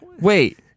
Wait